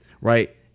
right